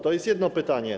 To jest jedno pytanie.